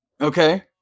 Okay